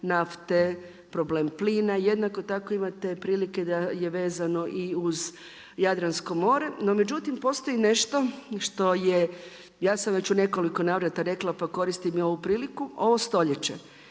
nafte, problem plina, jednako tako imate prilike da je vezano i uz Jadransko more, no međutim postoji nešto što je, ja sam već u nekoliko navrata rekla, pa koristim i ovu priliku. Ovo stoljeće